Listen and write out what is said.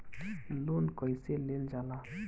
Loan कईसे लेल जाला?